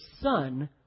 Son